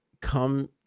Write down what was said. come